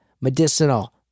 Medicinal